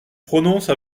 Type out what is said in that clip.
prononce